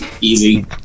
Easy